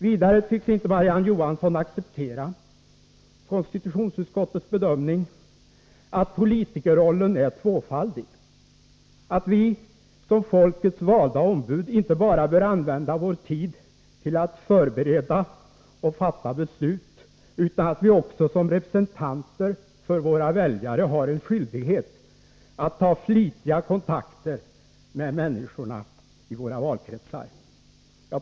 Vidare tycks Marie-Ann Johansson inte acceptera konstitutionsutskottets bedömning att politikerrollen är tvåfaldig, att vi som folkets valda ombud inte bara bör använda vår tid till att förbereda och fatta beslut utan att vi också såsom representanter för våra väljare har en skyldighet att flitigt ta kontakt med människorna i våra valkretsar.